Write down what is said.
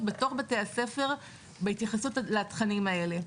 בתוך בתי הספר בהתייחסות לתכנים האלה.